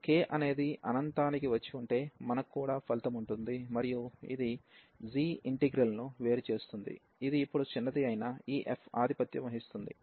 ఈ k అనేది అనంతానికి వచ్చి ఉంటే మనకు కూడా ఫలితం ఉంటుంది మరియు ఇది g ఇంటిగ్రల్ ను వేరు చేస్తుంది ఇది ఇప్పుడు చిన్నది అయిన ఈ f ఆధిపత్యం వహిస్తుంది